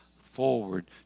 forward